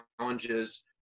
challenges